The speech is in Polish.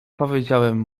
powiedziałem